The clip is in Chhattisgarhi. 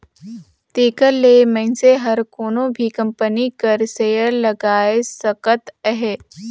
तेकर ले मइनसे हर कोनो भी कंपनी कर सेयर लगाए सकत अहे